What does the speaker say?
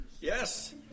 Yes